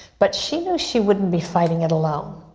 but she knew she wouldn't be fighting it alone.